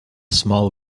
small